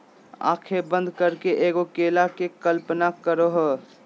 आँखें बंद करके एगो केला के कल्पना करहो